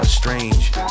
Strange